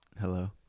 Hello